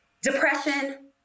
depression